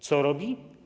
Co robi?